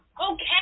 Okay